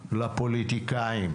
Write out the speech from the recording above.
לפוליטיקאים,